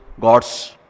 gods